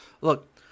look